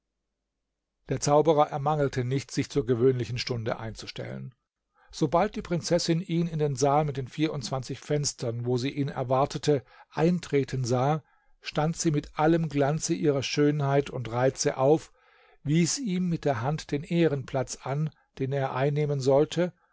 der zauberer ermangelte nicht sich zur gewöhnlichen stunde einzustellen sobald die prinzessin ihn in den saal mit den vierundzwanzig fenstern wo sie ihn erwartete eintreten sah stand sie mit allem glanze ihrer schönheit und reize auf wies ihm mit der hand den ehrenplatz an den er einnehmen sollte